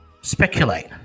speculate